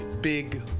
big